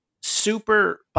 super